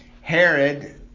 Herod